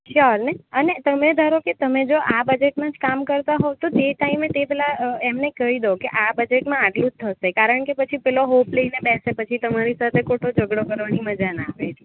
સ્યોરને અને તમે ધારોકે તમે જો આ બજેટમાં જ કામ કરતાં હો તો તે ટાઈમે તે પહેલાં એમને કહી દો કે આ બજેટમાં આટલું જ થશે કારણકે પછી પેલો હોપ લઈને બેસે પછી તમારી સાથે ખોટો ઝઘડો કરવાની મજા ન આવે એટલે